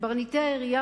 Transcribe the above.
קברניטי העירייה,